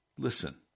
Listen